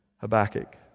Habakkuk